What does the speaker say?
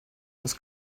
das